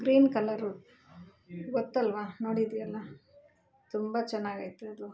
green colour ಗೊತ್ತಲ್ವ ನೋಡಿದಿಯಲ್ಲ ತುಂಬ ಚೆನ್ನಾಗೈತೆ ಅದು